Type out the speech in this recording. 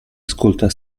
ascolta